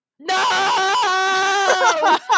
No